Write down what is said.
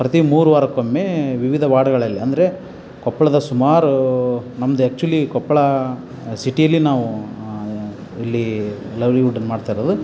ಪ್ರತಿ ಮೂರು ವಾರಕ್ಕೊಮ್ಮೆ ವಿವಿಧ ವಾರ್ಡ್ಗಳಲ್ಲಿ ಅಂದರೆ ಕೊಪ್ಪಳದ ಸುಮಾರು ನಮ್ದು ಆ್ಯಕ್ಚುಲಿ ಕೊಪ್ಪಳ ಸಿಟಿಯಲ್ಲಿ ನಾವು ಇಲ್ಲಿ ಲವ್ಲಿವುಡ್ಡನ್ನು ಮಾಡ್ತಾಯಿರೋದು